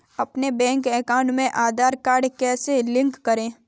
अपने bank account में Aadhaar card कैसे लिंक करें?